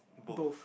both